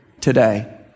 today